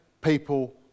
people